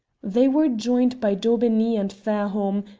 they were joined by daubeney and fairholme,